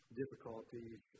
difficulties